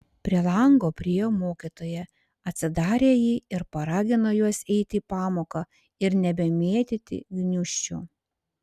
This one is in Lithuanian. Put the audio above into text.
prie lango priėjo mokytoja atsidarė jį ir paragino juos eiti į pamoką ir nebemėtyti gniūžčių